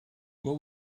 what